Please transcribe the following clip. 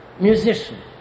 musician